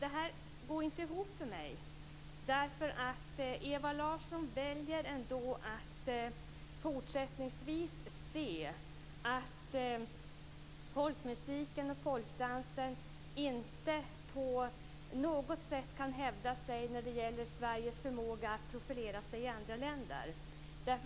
Det här går inte ihop för mig, därför att Ewa Larsson väljer att fortsättningsvis se att folkmusiken och folkdansen inte på något sätt kan hävda sig när det gäller Sveriges förmåga att profilera sig i andra länder.